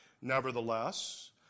Nevertheless